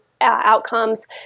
outcomes